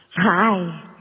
Hi